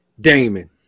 Damon